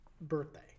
birthday